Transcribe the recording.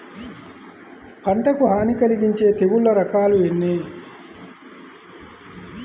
పంటకు హాని కలిగించే తెగుళ్ళ రకాలు ఎన్ని?